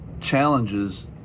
challenges